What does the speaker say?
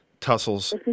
tussles